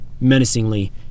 Menacingly